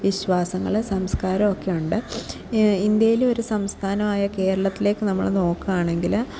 വിശ്വാസങ്ങൾ സംസ്കാരം ഒക്കെയുണ്ട് ഇന്ത്യയിലെ ഒരു സംസ്ഥാനമായ കേരളത്തിലേക്ക് നമ്മൾ നോക്കുകയാണെങ്കിൽ